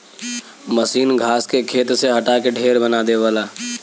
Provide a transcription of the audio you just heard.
मसीन घास के खेत से हटा के ढेर बना देवला